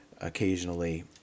occasionally